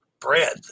bread